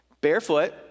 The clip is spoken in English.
barefoot